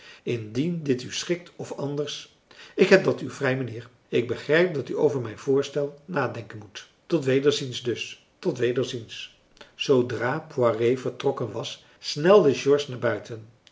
indien dit u schikt of anders ik heb dat uur vrij mijnheer ik begrijp dat u over mijn voorstel nadenken moet tot wederziens dus tot wederziens zoodra poiré vertrokken was snelde george naar buiten